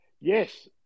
Yes